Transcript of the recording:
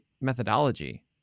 methodology